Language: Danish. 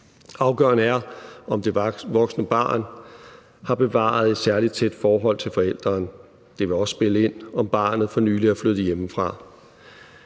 afgørende er, om det voksne barn har bevaret et særlig tæt forhold til forælderen. Det vil også spille ind, om barnet for nylig er flyttet hjemmefra.